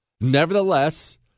Nevertheless